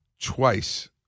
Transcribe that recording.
Twice